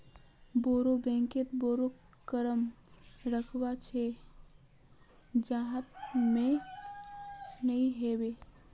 बोरो बैंकत बोरो रकम रखवा ह छेक जहात मोक नइ ह बे